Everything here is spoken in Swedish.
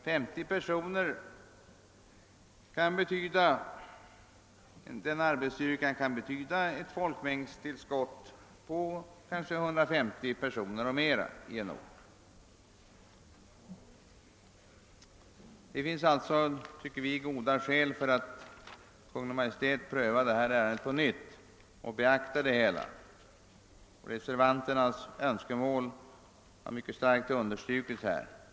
Och en arbetsstyrka på 50 man kan betyda ett folkmängdstillskott på 150 personer eller mera i en ort. Det finns alltså, tycker vi reservanter, goda skäl för Kungl. Maj:t att pröva detta ärende på nytt och beakta alla omständigheter. Reservanternas önskemål har mycket kraftigt understrukits här.